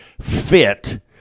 fit